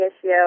issue